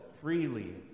freely